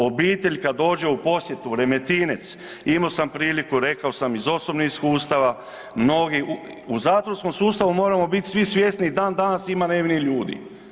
Obitelj kad dođe u posjetu u Remetinec, imao sam priliku, rekao sam iz osobnih iskustava, mnogi u zatvorskom sustavu, moramo biti svi svjesni i dan danas ima nevinih ljudi.